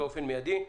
באופן מיידי,